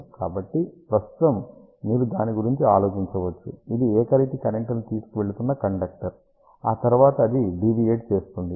కాబట్టి ప్రస్తుతం మీరు దాని గురించి ఆలోచించవచ్చు ఇది ఏకరీతి కరెంట్ ని తీసుకెళుతున్న కండక్టర్ ఆ తరువాత అది డీవియేట్ చేస్తుంది